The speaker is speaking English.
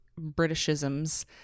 britishisms